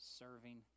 serving